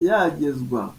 yagezwa